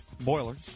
boilers